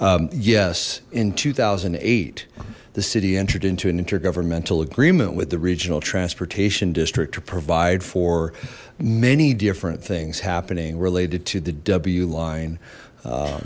yes in two thousand and eight the city entered into an intergovernmental agreement with the regional transportation district to provide for many different things happening related to the w line